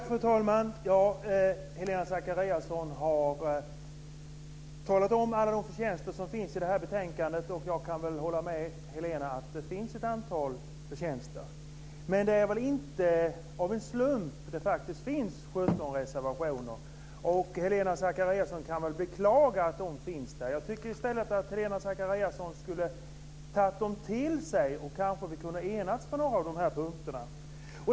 Fru talman! Helena Zakariasén har talat om alla de förtjänster som det här betänkandet har. Jag kan hålla med henne om att det har ett antal förtjänster. Men det är väl inte en slump att det faktiskt finns 17 reservationer. Helena Zakariasén beklagar att de finns där. Jag tycker i stället att Helena Zakariasén skulle ha tagit dem till sig. Då hade vi kanske kunnat enas på några av de här punkterna.